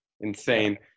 Insane